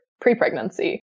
pre-pregnancy